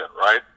right